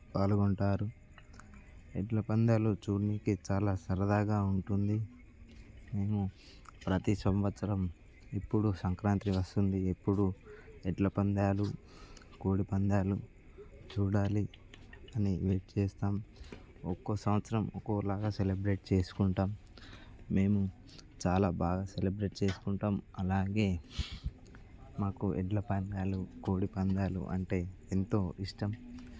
పాల్గొంటారు ఎడ్ల పందాలు చూడడానికి చాలా సరదాగా ఉంటుంది మేము ప్రతి సంవత్సరం ఎప్పుడు సంక్రాంతి వస్తుంది ఎప్పుడు ఎడ్ల పందాలు కోడిపందాలు చూడాలి అని వెయిట్ చేస్తాం ఒక్కో సంవత్సరం ఒక్కోలాగా సెలబ్రేట్ చేసుకుంటాం మేము చాలా బాగా సెలబ్రేట్ చేసుకుంటాం అలాగే మాకు ఎడ్ల పందాలు కోడిపందాలు అంటే ఎంతో ఇష్టం